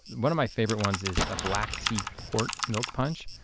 one of my favorite ones is ah black tea-port milk punch.